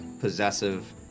possessive